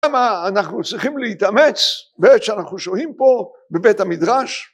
למה אנחנו צריכים להתאמץ בעת שאנחנו שוהים פה בבית המדרש